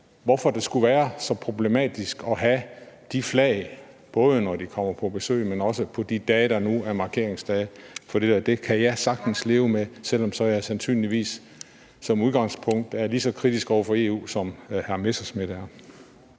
hvorfor det skulle være så problematisk at have de flag, både når der kommer besøg, men også på de dage, der nu er markeringsdage for det der. Det kan jeg sagtens leve med, selv om jeg så sandsynligvis som udgangspunkt er lige så kritisk over for EU, som hr. Morten Messerschmidt er.